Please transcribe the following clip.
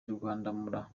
rwandamura